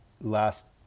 last